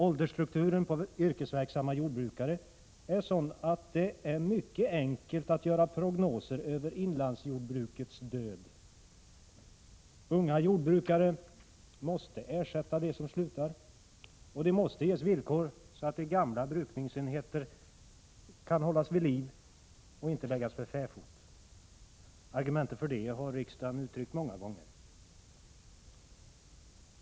Åldersstrukturen på yrkesverksamma jordbrukare är sådan att det är mycket enkelt att göra prognoser över inlandsjordbrukets död. Unga jordbrukare måste ersätta dem som slutar. De måste ges villkor så att gamla brukningsenheter kan hållas vid liv och inte läggas för fäfot. Argument för det har riksdagen uttryckt många gånger.